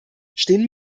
stehen